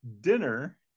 dinner